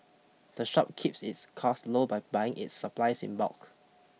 the shop keeps its cost low by buying its supplies in bulk